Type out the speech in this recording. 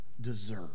Deserve